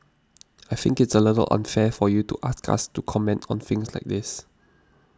I think it's a little unfair for you to ask us to comment on things like this